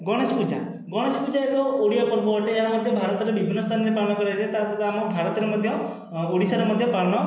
ଗଣେଶ ପୂଜା ଗଣେଶ ପୂଜା ଏକ ଓଡ଼ିଆ ପର୍ବ ଅଟେ ଏହା ମଧ୍ୟ ଭାରତରେ ବିଭିନ୍ନ ସ୍ଥାନରେ ପାଳନ କରାଯାଇଥାଏ ତା' ସହିତ ଆମ ଭାରତରେ ମଧ୍ୟ ଓଡ଼ିଶାରେ ମଧ୍ୟ ପାଳନ